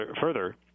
further